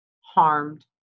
harmed